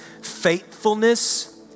faithfulness